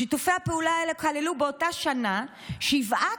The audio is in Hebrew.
שיתופי הפעולה האלה כללו באותה שנה שבעה